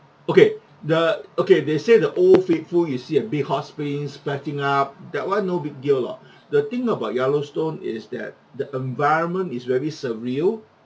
okay the okay they say the old faithful you see a big hot spring splattering up that one no big deal lah the thing about yellowstone is that the environment is very surreal